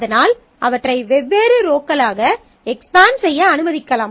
அதனால் அவற்றை வெவ்வேறு ரோக்களாக எக்ஸ்பன்ட் செய்ய அனுமதிக்கலாம்